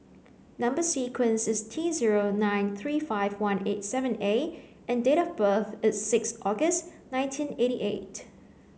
number sequence is T zero nine three five one eight seven A and date of birth is six August nineteen eighty eight